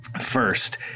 First